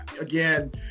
again